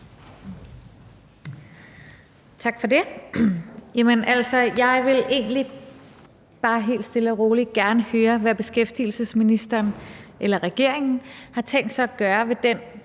Jamen altså, jeg vil egentlig bare helt stille og roligt gerne høre, hvad beskæftigelsesministeren eller regeringen har tænkt sig at gøre ved det